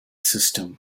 system